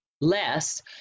less